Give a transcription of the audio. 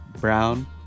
Brown